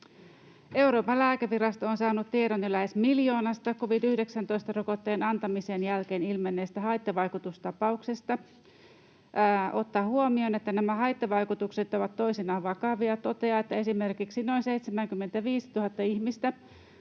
”Euroopan lääkevirasto on saanut tiedon jo lähes miljoonasta covid-19-rokotteen antamisen jälkeen ilmenneestä haittavaikutustapauksesta”, ”ottaa huomioon, että nämä haittavaikutukset ovat toisinaan vakavia, ja toteaa, että esimerkiksi noin 75 000 ihmistä